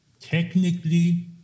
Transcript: technically